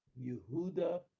Yehuda